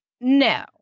No